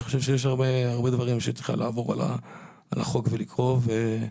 אני חושב שיש הרבה דברים שצריך לעבור על החוק ולקרוא אותם.